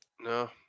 No